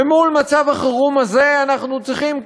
ומול מצב החירום הזה אנחנו צריכים,